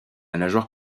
nageoire